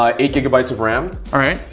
ah eight gigabytes of ram. alright.